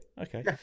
okay